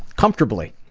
comfortably.